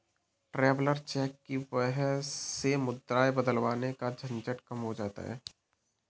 traveller cheque की वजह से मुद्राएं बदलवाने का झंझट कम हो जाता है